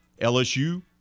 LSU